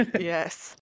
Yes